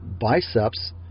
biceps